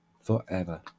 forever